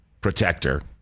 protector